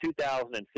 2015